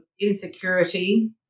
insecurity